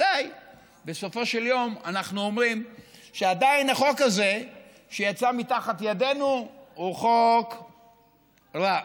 בסופו של יום אנחנו אומרים שעדיין החוק הזה שיצא מתחת ידנו הוא חוק רע,